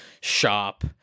shop